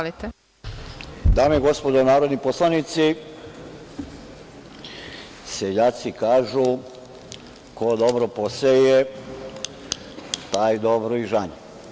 Dame i gospodo narodni poslanici, seljaci kažu – ko dobro poseje, taj dobro i žanje.